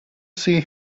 see